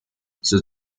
sus